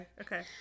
okay